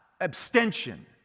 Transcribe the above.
abstention